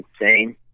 insane